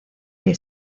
que